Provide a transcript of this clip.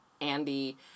Andy